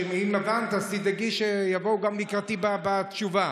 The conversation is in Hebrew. אם הבנת, תדאגי שיבואו לקראתי גם בתשובה.